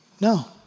No